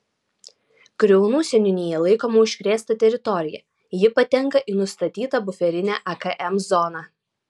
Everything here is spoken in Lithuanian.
kriaunų seniūnija laikoma užkrėsta teritorija ji patenka į nustatytą buferinę akm zoną